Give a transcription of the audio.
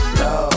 no